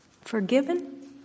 Forgiven